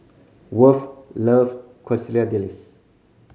Worth love Quesadillas